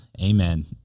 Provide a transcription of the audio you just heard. Amen